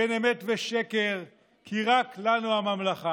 בין אמת ושקר, כי רק לנו הממלכה.